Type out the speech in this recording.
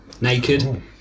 Naked